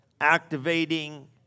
activating